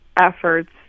efforts